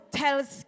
tells